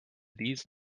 these